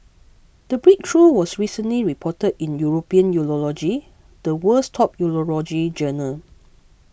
the breakthrough was recently reported in European Urology the world's top urology journal